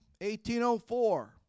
1804